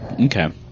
Okay